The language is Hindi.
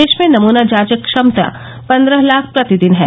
देश में नमूना जांच क्षमता पन्द्रह लाख प्रतिदिन है